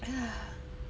uh ah